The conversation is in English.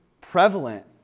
prevalent